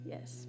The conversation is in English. Yes